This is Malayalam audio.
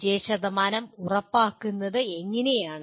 വിജയശതമാനം ഉറപ്പാക്കുന്നത് അങ്ങനെയാണ്